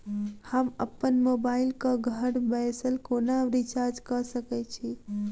हम अप्पन मोबाइल कऽ घर बैसल कोना रिचार्ज कऽ सकय छी?